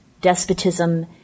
despotism